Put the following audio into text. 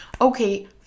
okay